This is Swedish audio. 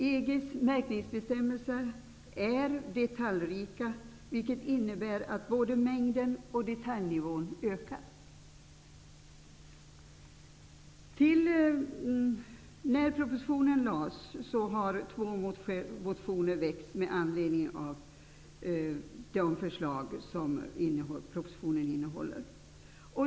EG:s märkningsbestämmelser är detaljrika, vilket innebär att både mängden och detaljnivån ökar. När propositionen lades fram har två motioner väckts med anledning av de förslag som propositionen innehåller.